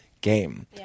game